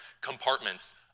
compartments